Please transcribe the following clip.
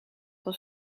was